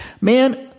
Man